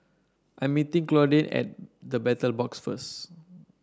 I'm meeting Claudine at The Battle Box first